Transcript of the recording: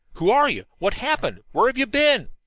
who are you? what happened? where have you been?